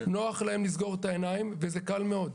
נוח להם לסגור את העיניים, וזה קל מאוד.